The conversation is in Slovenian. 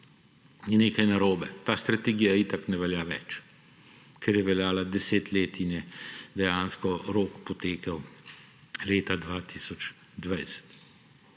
nekaj narobe. Ta strategija itak ne velja več, ker je veljala 10 let in je dejansko rok potekel leta 2020.